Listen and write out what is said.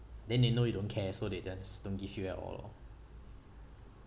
then they know you don't care so they just don't give you at all lor